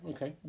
Okay